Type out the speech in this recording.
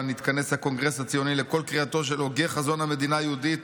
(1897) נתכנס הקונגרס הציוני לקול קריאתו של הוגה חזון המדינה היהודית